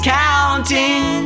counting